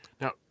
Now